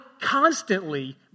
constantly